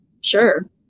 Sure